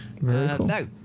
No